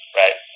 right